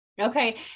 Okay